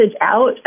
out